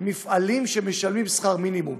מפעלים שמשלמים שכר מינימום,